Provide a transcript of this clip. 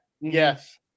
Yes